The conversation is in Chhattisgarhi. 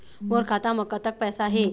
मोर खाता म कतक पैसा हे?